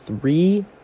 three